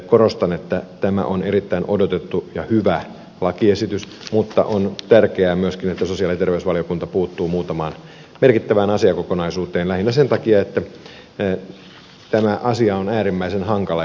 korostan että tämä on erittäin odotettu ja hyvä lakiesitys mutta on tärkeää myöskin että sosiaali ja terveysvaliokunta puuttuu muutamaan merkittävään asiakokonaisuuteen lähinnä sen takia että tämä asia on äärimmäisen hankala